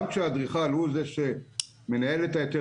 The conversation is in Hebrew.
גם כשהאדריכל הוא זה שמנהל את ההיתר